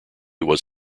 was